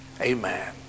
Amen